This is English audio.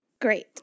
Great